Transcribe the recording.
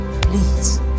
please